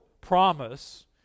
promise